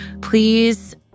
Please